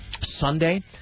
Sunday